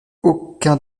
aucun